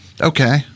Okay